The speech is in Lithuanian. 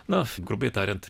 na grubiai tariant